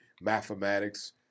mathematics